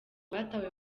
batawe